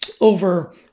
over